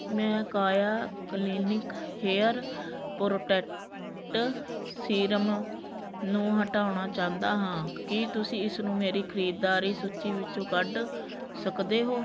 ਮੈਂ Kaya clinic hair protect serum ਨੂੰ ਹਟਾਉਣਾ ਚਾਹੁੰਦਾ ਹਾਂ ਕੀ ਤੁਸੀਂ ਇਸਨੂੰ ਮੇਰੀ ਖਰੀਦਦਾਰੀ ਸੂਚੀ ਵਿੱਚੋਂ ਕੱਢ ਸਕਦੇ ਹੋ